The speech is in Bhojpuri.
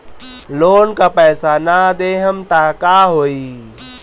लोन का पैस न देहम त का होई?